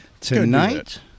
tonight